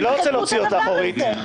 אני לא רוצה להוציא אותך, אורית.